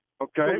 Okay